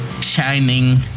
Shining